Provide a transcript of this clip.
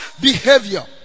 behavior